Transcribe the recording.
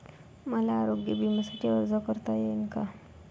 मले आरोग्य बिम्यासाठी अर्ज करता येईन का?